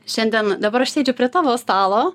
šiandien dabar aš sėdžiu prie tavo stalo